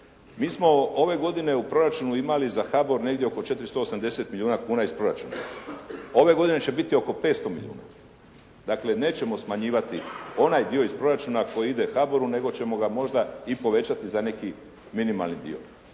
Mi smo ove godine u proračunu imali za HABOR negdje oko 480 milijuna kuna iz proračuna. Ove godine će biti oko 500 milijuna. Dakle nećemo smanjivati onaj dio iz proračuna koji ide HABOR-u nego ćemo ga možda i povećati za neki minimalni dio.